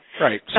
Right